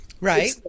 Right